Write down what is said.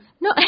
No